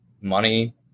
money